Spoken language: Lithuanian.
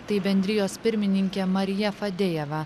tai bendrijos pirmininkė marija fadėjevą